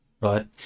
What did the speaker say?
right